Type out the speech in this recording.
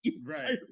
Right